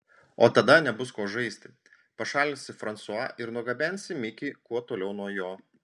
o tada nebus ko žaisti pašalinsi fransua ir nugabensi mikį kuo toliau nuo jo